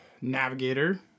navigator